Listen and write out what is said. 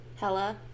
Hella